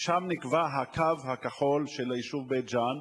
ושם נקבע הקו הכחול של היישוב בית-ג'ן.